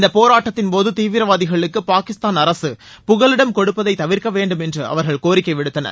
இந்தப் போராட்டத்தின் போது தீவிரவாதிகளுக்கு பாகிஸ்தான் அரசு புகலிடம் கொடுப்பதை தவிர்க்க வேண்டும் என்று அவர்கள் கோரிக்கை விடுத்தனர்